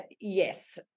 yes